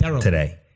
today